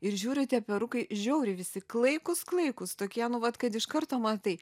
ir žiūriu tie perukai žiauriai visi klaikūs klaikūs tokie nu vat kad iš karto matai